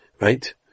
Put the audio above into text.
right